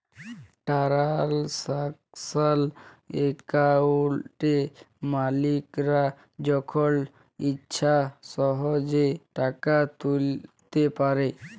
টারালসাকশাল একাউলটে মালিকরা যখল ইছা সহজে টাকা তুইলতে পারে